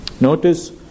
Notice